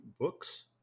books